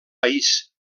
país